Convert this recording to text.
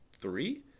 three